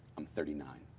i'm thirty nine,